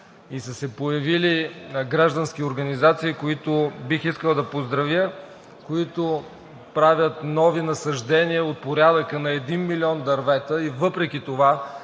и са се появили граждански организации, които бих искал да поздравя, които правят нови насаждения от порядъка на 1 милион дървета. Въпреки това